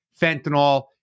fentanyl